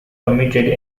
committed